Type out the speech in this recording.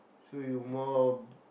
so you more of